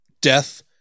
death